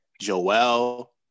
Joel